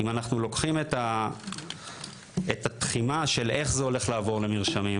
אם אנחנו לוקחים את התחימה של איך זה הולך לעבור למרשמים,